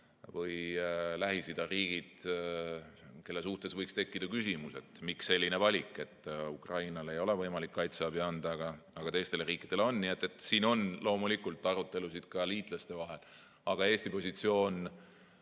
või Lähis-Ida riigid. Selles suhtes võiks tekkida küsimus, miks selline valik, et Ukrainale ei ole võimalik kaitseabi anda, aga teistele riikidele on. Nii et siin on loomulikult arutelusid ka liitlaste vahel. Aga Eesti positsioon